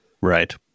right